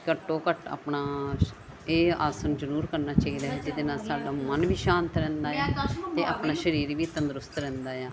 ਘੱਟੋ ਘੱਟ ਆਪਣਾ ਇਹ ਆਸਣ ਜ਼ਰੂਰ ਕਰਨਾ ਚਾਹੀਦਾ ਜਿਹਦੇ ਨਾਲ ਸਾਡਾ ਮਨ ਵੀ ਸ਼ਾਂਤ ਰਹਿੰਦਾ ਆ ਅਤੇ ਆਪਣਾ ਸਰੀਰ ਵੀ ਤੰਦਰੁਸਤ ਰਹਿੰਦਾ ਆ